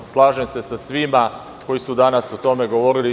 Slažem se sa svima koji su danas o tome govorili.